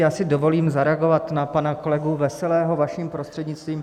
Já si dovolím zareagovat na pana kolegu Veselého, vaším prostřednictvím.